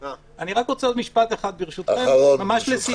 אני רק רוצה עוד משפט אחד ברשותך, ממש לסיום.